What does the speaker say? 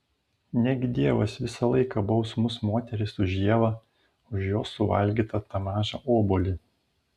negi dievas visą laiką baus mus moteris už ievą už jos suvalgytą tą mažą obuolį